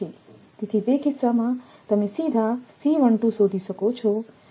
તેથી તે કિસ્સામાં તમે સીધા શોધી શકો છો